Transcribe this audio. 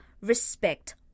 respect